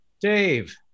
Dave